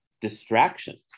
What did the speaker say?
Distraction